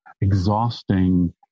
exhausting